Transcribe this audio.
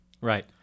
right